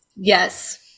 Yes